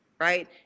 right